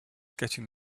getting